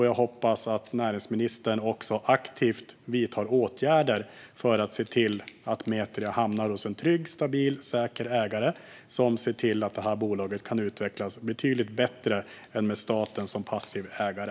Jag hoppas att näringsministern aktivt vidtar åtgärder för att se till att Metria hamnar hos en trygg, stabil och säker ägare som ser till att bolaget kan utvecklas betydligt bättre än med staten som passiv ägare.